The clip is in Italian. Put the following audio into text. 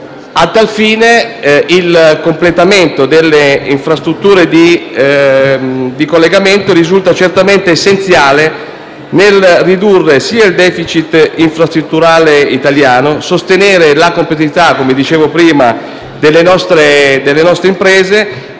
A tal fine, il completamento delle infrastrutture di collegamento risulta certamente essenziale per ridurre il *deficit* infrastrutturale italiano, sostenere la competitività delle nostre imprese